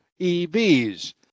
EVs